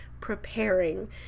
preparing